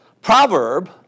proverb